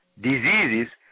diseases